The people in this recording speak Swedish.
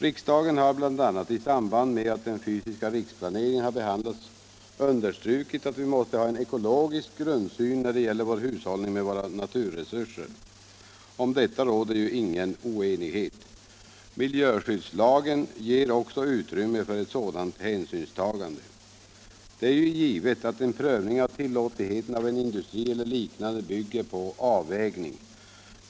Riksdagen har bl.a. i samband med att den fysiska riksplaneringen har behandlats understrukit att vi måste ha en ekologisk grundsyn när det gäller vår hushållning med våra naturresurser. Om detta råder ju ingen oenighet. Miljöskyddslagen ger också utrymme för ett sådant hänsynstagande. Det är ju givet att en prövning av tillåtligheten av en industri eller liknande bygger på en avvägning.